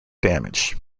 damage